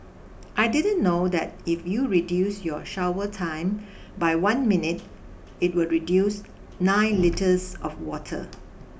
I didn't know that if you reduce your shower time by one minute it will reduce nine litres of water